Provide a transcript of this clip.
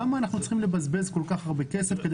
למה אנחנו צריכים לבזבז כל כך הרבה כסף כדי